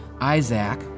Isaac